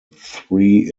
three